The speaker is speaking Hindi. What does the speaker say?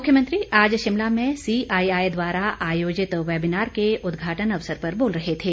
मुख्यमंत्री आज शिमला में सीआईआई द्वारा आयोजित वेबिनार के उद्घाटन अवसर पर बोल रहे थे